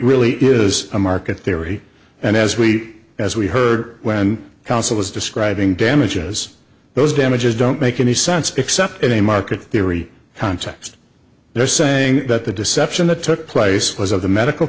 really is a market there are three and as we as we heard when counsel was describing damages those damages don't make any sense except in a market theory context they're saying that the deception that took place was of the medical